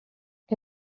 que